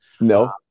No